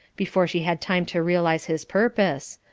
before she had time to realise his purpose,